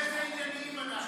תראה איזה ענייניים אנחנו.